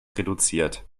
reduziert